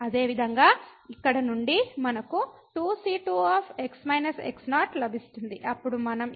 అదేవిధంగా ఇక్కడ నుండి మనకు 2c2 లభిస్తుంది అప్పుడు మనం ఇక్కడ 3c3 ను పొందుతాము